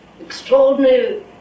extraordinary